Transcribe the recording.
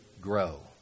grow